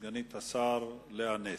סגנית השר לאה נס.